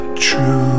true